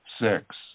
six